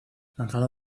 lanzado